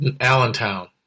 Allentown